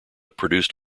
produced